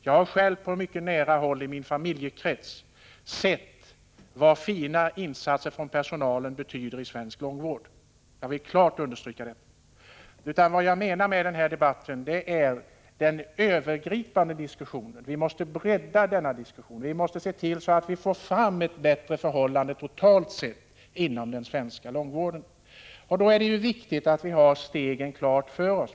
Jag har själv på mycket nära håll i min familjekrets kunnat konstatera vad personalens insatser betyder i svensk långvård. Jag vill klart understryka detta. Vad jag avser här är den övergripande diskussionen. Vi måste bredda den diskussionen och se till att vi skapar bättre förhållanden totalt sett inom den svenska långvården. Då är det viktigt att vi har klart för oss hur vi skall kunna uppnå detta.